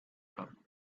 club